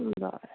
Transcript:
बरं